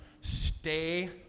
Stay